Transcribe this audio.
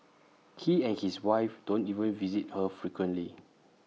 he and his wife don't even visit her frequently